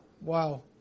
wow